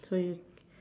so you